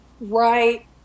right